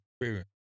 experience